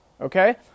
okay